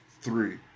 three